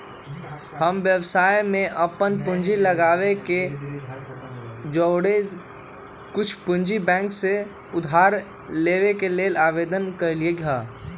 हम व्यवसाय में अप्पन पूंजी लगाबे के जौरेए कुछ पूंजी बैंक से उधार लेबे के लेल आवेदन कलियइ ह